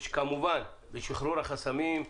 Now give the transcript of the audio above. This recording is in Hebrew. כמובן בשחרור החסמים,